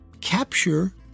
capture